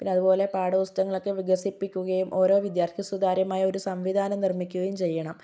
പിന്നെ അതുപോലെ പാഠപുസ്തങ്ങളൊക്കെ വികസിപ്പിക്കുകയും ഒരോ വിദ്യാര്ത്ഥിക്കും സുതാര്യമായ സംവിധാനം നിര്മ്മിക്കുകയും ചെയ്യണം